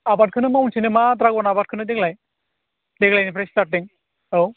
आबादखोनो मावनोसै नामा ड्रागन आबादखोनो देग्लाय देग्लायनिफ्राय स्टार्टिं औ